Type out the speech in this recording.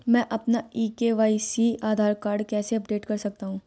मैं अपना e KYC Aadhaar card कैसे अपडेट कर सकता हूँ?